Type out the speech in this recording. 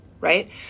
Right